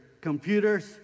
computers